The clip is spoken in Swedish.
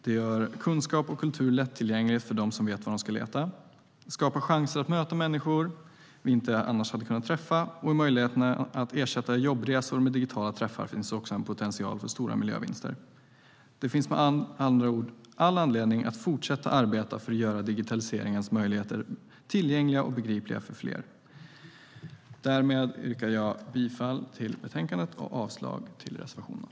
Det gör kunskap och kultur lättillgänglig för dem som vet var de ska leta. Det skapar chanser att möta människor vi inte annars hade kunnat träffa. I möjligheten att ersätta jobbresor med digitala träffar finns också en potential för stora miljövinster. Det finns med andra ord all anledning att fortsätta att arbeta för att göra digitaliseringens möjligheter tillgängliga och begripliga för fler. Därmed yrkar jag bifall till utskottets förslag i betänkandet och avslag på reservationerna.